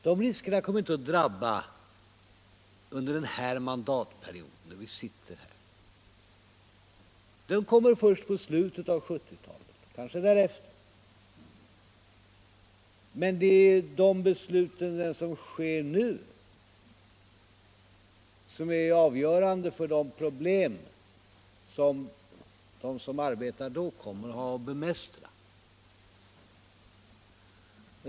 De riskerna kommer inte att drabba oss under innevarande mandatperiod —- de kommer först i slutet av 1970-talet eller kanske därefter. Men de beslut som fattas nu är avgörande för vilka problem de som arbetar då kommer att ha att bemästra.